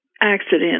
accident